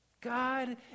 God